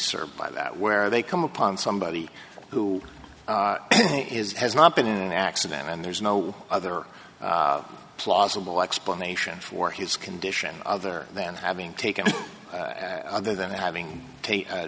served by that where they come upon somebody who has not been in an accident and there's no other plausible explanation for his condition other than having taken another then having